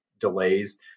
delays